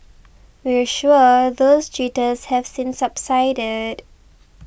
we're sure those jitters have since subsided